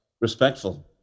Respectful